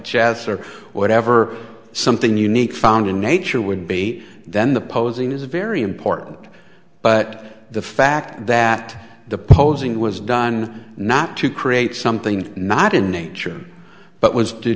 chess or whatever something unique found in nature would be then the posing is a very important but the fact that the posing was done not to create something not in nature but was to